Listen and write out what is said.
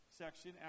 section